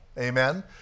Amen